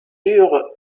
eurent